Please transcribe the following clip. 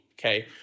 okay